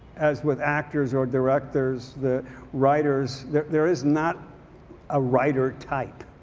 as with actors or directors, the writers, there is not a writer type.